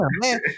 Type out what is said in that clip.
man